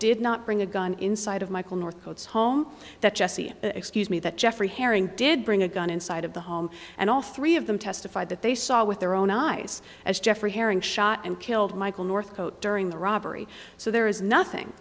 did not bring a gun inside of michael north home that jesse excuse me that jeffrey herring did bring a gun inside of the home and all three of them testified that they saw with their own eyes as jeffrey herring shot and killed michael northcott during the robbery so there is nothing